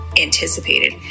anticipated